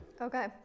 Okay